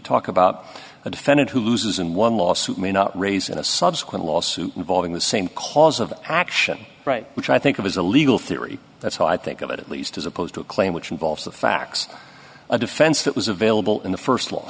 talk about a defendant who loses in one lawsuit may not raise in a subsequent lawsuit involving the same cause of action right which i think of as a legal theory that's how i think of it at least as opposed to a claim which involves the facts a defense that was available in the